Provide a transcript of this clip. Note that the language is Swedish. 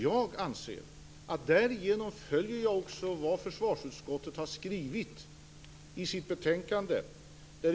Jag anser att därigenom följer jag också vad försvarsutskottet har skrivit i sitt betänkande.